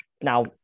Now